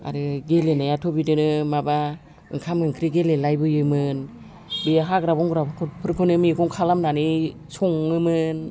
आरो गेलेनायाथ' बिदिनो माबा ओंखाम ओंख्रि गेलेलायबोयोमोन बियो हाग्रा बंग्राफोरखौनो मैगं खालामनानै सङोमोन